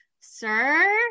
sir